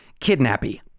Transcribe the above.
kidnappy